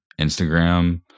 Instagram